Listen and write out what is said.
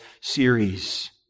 series